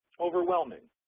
overwhelming.